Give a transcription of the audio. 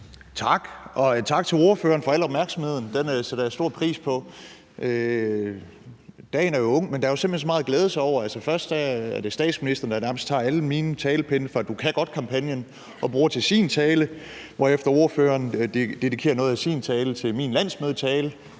Tak. Og tak til ordføreren for al opmærksomheden. Den sætter jeg stor pris på. Dagen er ung, men der er jo simpelt hen så meget at glæde sig over. Først er det statsministeren, der nærmest tager alle mine talepinde fra »Du kan godt«-kampagnen og bruger dem i sin tale, hvorefter ordføreren dedikerer noget af sin tale til min landsmødetale.